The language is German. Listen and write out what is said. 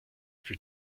für